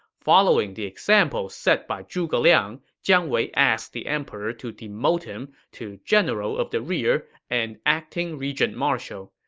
following the example set by zhuge liang, jiang wei asked the emperor to demote him to general of the rear and acting regent-marshal.